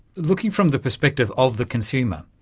looking from the perspective of the consumer,